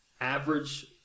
average